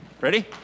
Ready